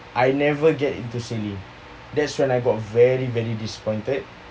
I never get into sailing that's when I got very very disappointed